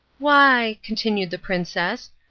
why, continued the princess,